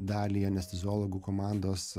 dalį anesteziologų komandos